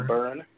Burn